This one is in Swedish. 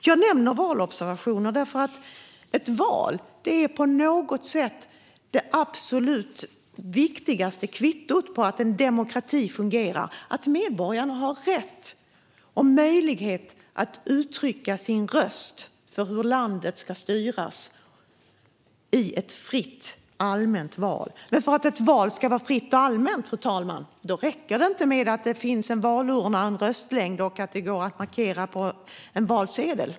Jag nämner valobservationer därför att ett val på något sätt är det absolut viktigaste kvittot på att en demokrati fungerar. Medborgarna har rätt och möjlighet att uttrycka sin röst för hur landet ska styras i ett fritt och allmänt val. Men för att ett val ska vara fritt och allmänt, fru talman, räcker det inte att det finns en valurna och en röstlängd och att det går att markera på en valsedel.